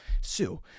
sue